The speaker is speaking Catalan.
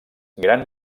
gran